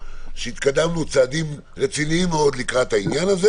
כשהתקדמנו צעדים רציניים מאוד לקראת העניין הזה